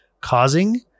causing